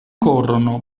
corrono